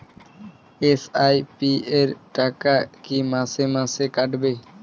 SIP র টাকা কী মাসে মাসে কাটবে?